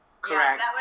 Correct